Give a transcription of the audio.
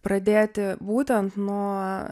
pradėti būtent nuo